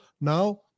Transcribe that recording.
Now